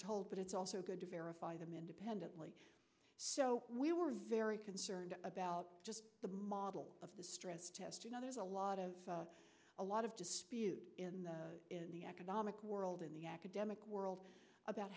told but it's also good to verify them independently so we were very concerned about the model of the stress test you know there's a lot of a lot of dispute in the economic world in the academic world about